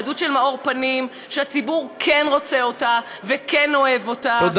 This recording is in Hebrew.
יהדות של מאור פנים שהציבור כן רוצה אותה וכן אוהב אותה,